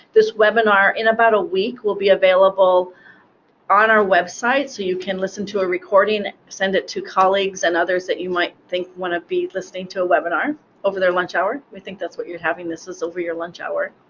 this webinar, in about a week, will be available on our website so you can listen to a recording, send it to colleagues and others that you might think want to be listening to a webinar over their lunch hour. we think that's when you're having this, is over your lunch hour.